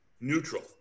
neutral